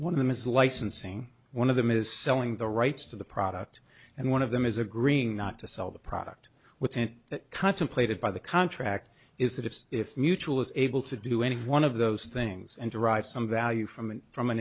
one of them is licensing one of them is selling the rights to the product and one of them is agreeing not to sell the product what's in it contemplated by the contract is that it's if mutual is able to do any one of those things and derive some value from an from an